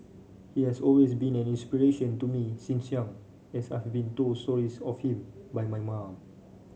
he has always been an inspiration to me since young as I have been told stories of him by my mum